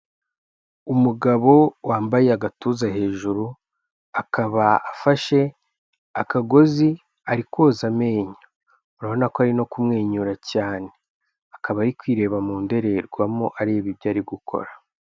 Umugabo wambaye agatuza hejuru, akaba afashe akagozi ari koza amenyo, urabona ko ari no kumwenyura cyane, akaba ari kwireba mu ndorerwamo areba ibyo ari gukora.